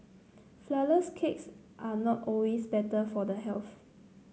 flourless cakes are not always better for the health